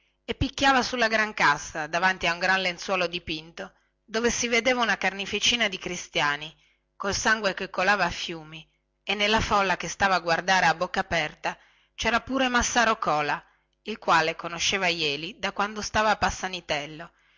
e picchiava sulla gran cassa davanti a un gran lenzuolo dipinto dove si vedeva una carneficina di cristiani col sangue che colava a torrenti e nella folla che stava a guardare a bocca aperta cera pure massaro cola il quale lo conosceva da quando stava